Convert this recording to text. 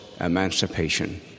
emancipation